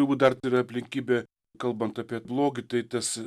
jeigu dar yra aplinkybė kalbant apie blogį tai tas